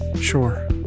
Sure